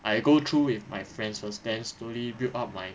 I go through with my friends first then slowly build up my